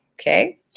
Okay